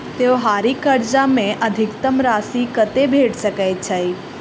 त्योहारी कर्जा मे अधिकतम राशि कत्ते भेट सकय छई?